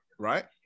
Right